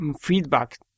Feedback